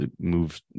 Move